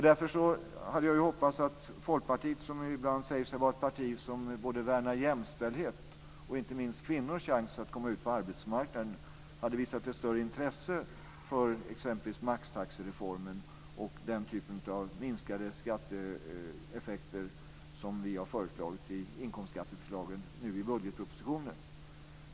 Därför hade jag hoppats att Folkpartiet, som ibland säger sig vara ett parti som värnar både jämställdhet och inte minst kvinnors chans att komma ut på arbetsmarknaden, skulle visa ett större intresse för exempelvis maxtaxereformen och den typ av minskade skatteeffekter som vi har föreslagit i inkomstskatteförslagen i budgetpropositionen.